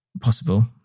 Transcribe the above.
possible